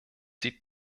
sie